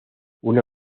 una